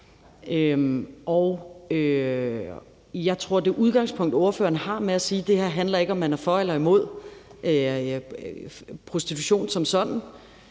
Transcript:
og jeg tror, at det udgangspunkt, ordføreren har, med at sige, at det her ikke handler om, om man er for eller imod prostitution som sådan,